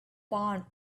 found